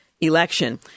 election